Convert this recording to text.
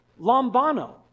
lombano